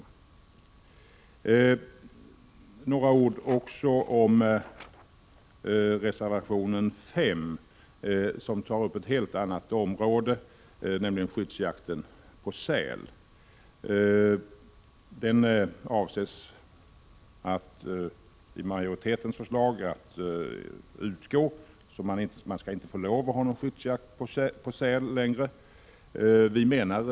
Jag vill även säga några ord om reservation 5 där ett helt annat område tas upp, nämligen skyddsjakten på säl. Utskottsmajoriteten föreslår att denna typ av jakt skall utgå, dvs. någon skyddsjakt på säl skall inte få förekomma.